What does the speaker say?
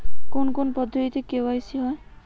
কোন কোন পদ্ধতিতে কে.ওয়াই.সি হয়?